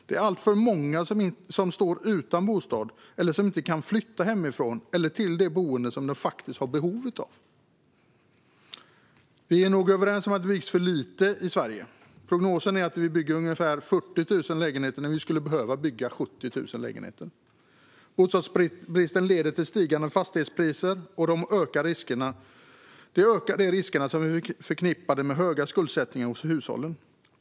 Det är alltför många som står utan bostad eller som inte kan flytta hemifrån eller till det boende som de faktiskt har behov av. Vi är nog överens om att det byggs för lite i Sverige. Prognosen är att vi bygger ungefär 40 000 lägenheter när vi skulle behöva bygga 70 000 lägenheter. Bostadsbristen leder till stigande fastighetspriser, vilket ökar de risker som är förknippade med hög skuldsättning hos hushållen.